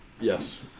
Yes